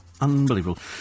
Unbelievable